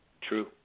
True